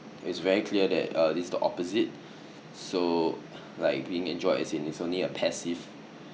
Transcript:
it's very clear that err it's the opposite so like being enjoyed as in it's only a passive